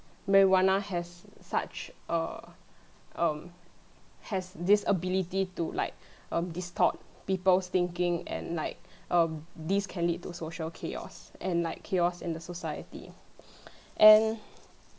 marijuana has such err um has this ability to like um distort people's thinking and like um this can lead to social chaos and like chaos in the society and